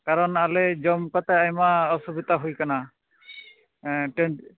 ᱠᱟᱨᱚᱱ ᱟᱞᱮ ᱡᱚᱢ ᱠᱟᱛᱮ ᱟᱭᱢᱟ ᱚᱥᱩᱵᱤᱫᱟ ᱦᱩᱭᱟᱠᱟᱱᱟ ᱦᱮᱸ